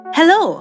Hello